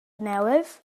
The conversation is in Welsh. newydd